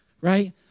Right